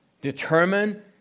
Determine